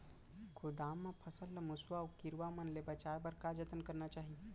गोदाम मा फसल ला मुसवा अऊ कीरवा मन ले बचाये बर का जतन करना चाही?